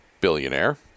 billionaire